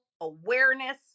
awareness